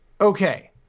Okay